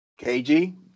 KG